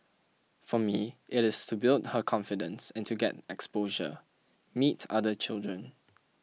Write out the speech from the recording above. for me it is to build her confidence and to get exposure meet other children